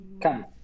Come